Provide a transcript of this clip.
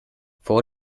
vor